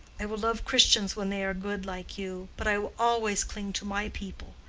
i will love christians when they are good, like you. but i will always cling to my people.